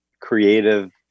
creative